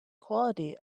quality